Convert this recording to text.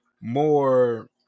more